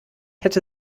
hätte